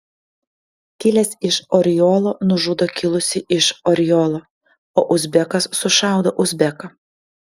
kilęs iš oriolo nužudo kilusį iš oriolo o uzbekas sušaudo uzbeką